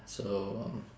so um